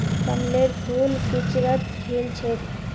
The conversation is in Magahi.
कमलेर फूल किचड़त खिल छेक